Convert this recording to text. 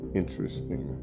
interesting